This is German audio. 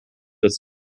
das